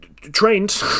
trained